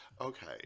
Okay